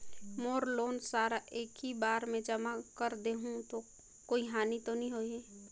मोर loan सारा एकी बार मे जमा कर देहु तो कोई हानि तो नी होही?